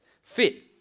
fit